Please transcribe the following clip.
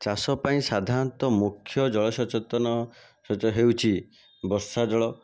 ଚାଷ ପାଇଁ ସାଧାରଣତଃ ମୁଖ୍ୟ ଜଳ ସେଚନ ହେଉଛି ବର୍ଷା ଜଳ